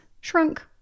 shrunk